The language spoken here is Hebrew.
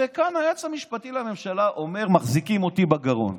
הרי כאן היועץ המשפטי לממשלה אומר: מחזיקים אותי בגרון,